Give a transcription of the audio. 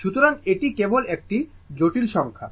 সুতরাং এটি কেবল একটি জটিল সংখ্যা